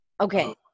Okay